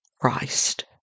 Christ